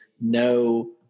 no